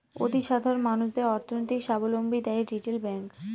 অতি সাধারণ মানুষদের অর্থনৈতিক সাবলম্বী দেয় রিটেল ব্যাঙ্ক